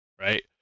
right